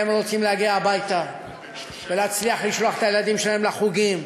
הם רוצים להגיע הביתה ולהצליח לשלוח את הילדים שלהם לחוגים,